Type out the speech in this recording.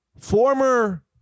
Former